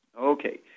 Okay